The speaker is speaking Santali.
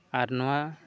ᱟᱨ ᱱᱚᱣᱟ